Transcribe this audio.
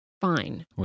Fine